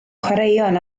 chwaraeon